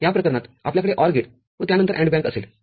या प्रकरणातआपल्याकडे OR gate व त्यानंतर AND बँक असेल